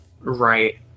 Right